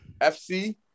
FC